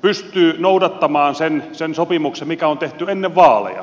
pystyy noudattamaan sitä sopimusta mikä on tehty ennen vaaleja